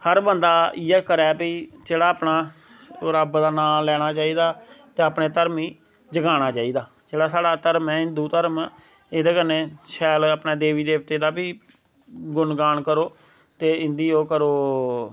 हर बंदा इयै करै भाई जेह्ड़ा अपना रब्ब दा नां लैना चाहिदा ते अपने धर्म गी जगाना चाहिदा जेह्ड़ा स्हाड़ा धर्म ऐ हिंदू धर्म एह्दे कन्नै शैल अपने देवी देवतें दा बी गुणगान करो ते इंदी ओह् करो